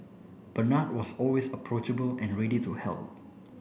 Bernard was always approachable and ready to help